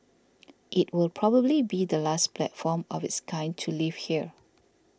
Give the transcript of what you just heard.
it will probably be the last platform of its kind to leave here